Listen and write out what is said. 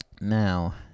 Now